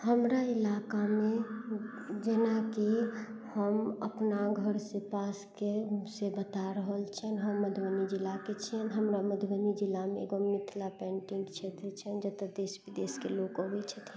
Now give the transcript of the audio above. हमरा इलाकामे जेनाकि हम अपना घर से पासके से बता रहल छियनि हम मधुबनी जिलाके छियनि हमरा मधुबनी जिलामे एगो मिथिला पेन्टिंग क्षेत्र छनि जतऽ देश विदेशके लोक अबै छथिन